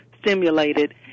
stimulated